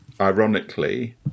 ironically